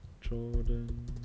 Jordan